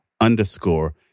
underscore